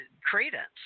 credence